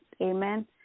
Amen